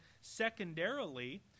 secondarily